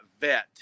vet